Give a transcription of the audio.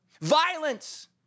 violence